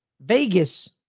Vegas